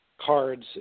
cards